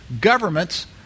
Governments